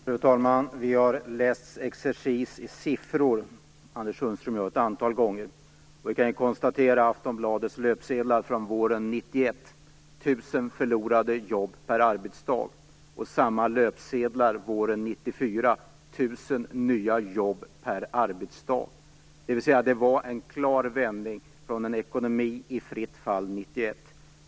Fru talman! Anders Sundström och jag har haft sifferexercis ett antal gånger. På Aftonbladets löpsedlar våren 1991 stod "Tusen förlorade jobb per arbetsdag". På samma tidnings löpsedlar stod våren 1994 "Tusen nya jobb per arbetsdag". Det var alltså en klar vändning från en ekonomi i fritt fall 1991.